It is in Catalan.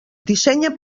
dissenya